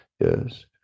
Yes